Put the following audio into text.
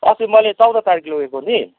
अस्ति मैले चौध तारिक लगेको नि